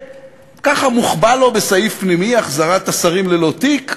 וככה, מוחבאת לה בסעיף פנימי החזרת השרים ללא תיק.